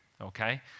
okay